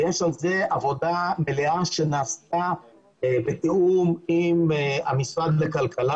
יש על זה עבודה מלאה שנעשתה בתיאום עם משרד הכלכלה